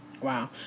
wow